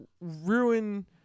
ruin